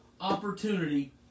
opportunity